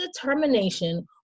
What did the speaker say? determination